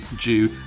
due